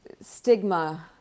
stigma